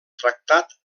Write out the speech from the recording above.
tractat